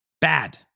Bad